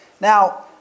Now